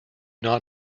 not